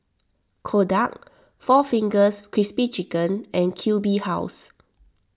Kodak four Fingers Crispy Chicken and Q B House